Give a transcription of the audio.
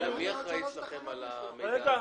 מי אחראי אצלכם על המידע הזה?